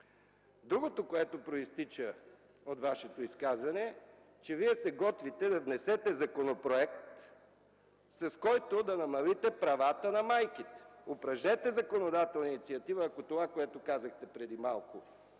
Другото, което произтича от Вашето изказване е, че Вие се готвите да внесете законопроект, с който да намалите правата на майките. Упражнете законодателна инициатива, ако това, което казахте преди малко,